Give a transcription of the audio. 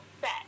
set